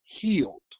healed